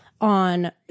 on